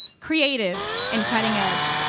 creative and cutting edge.